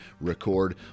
record